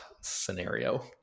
scenario